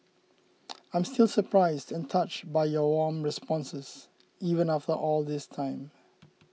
I'm still surprised and touched by your warm responses even after all this time